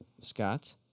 Scott